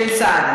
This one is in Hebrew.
של סעדי.